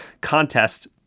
contest